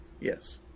Yes